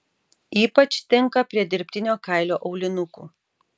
ypač tinka prie dirbtinio kailio aulinukų